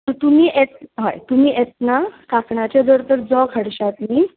तुमी येत हय तुमी येत्ना कांकणाचें जर तर जोग हाडशात न्हय